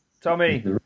Tommy